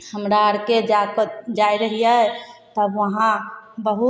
हमरा आरके जातक जाइ रहियै सब वहाँ बहुत